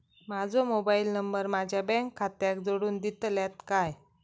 माजो mobile number माझ्या bank खात्याक जोडून दितल्यात काय?